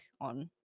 on